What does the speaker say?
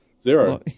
Zero